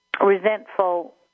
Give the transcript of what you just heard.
resentful